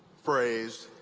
phrase,